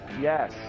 Yes